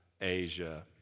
Asia